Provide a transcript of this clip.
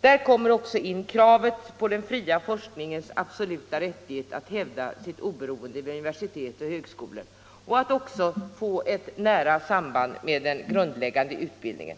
Där kommer också kravet in på den fria forskningens absoluta rättighet att hävda sitt oberoende vid universitet och högskolor och att även få ett nära samband med den grundläggande utbildningen.